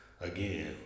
again